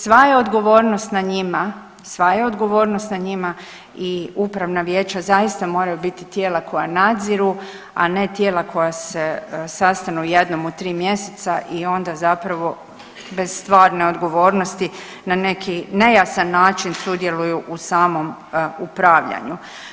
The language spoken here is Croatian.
Sva je odgovornost na njima, sva je odgovornost na njima i upravna vijeća zaista moraju biti tijela koja nadziru, a ne tijela koja se sastanu jednom u 3 mjeseca i onda zapravo bez stvarne odgovornosti na neki nejasan način sudjeluju u samom upravljanju.